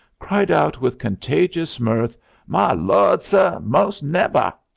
cried out with contagious mirth my lawd, suh, most nevah!